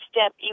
step